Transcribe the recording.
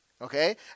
Okay